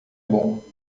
bom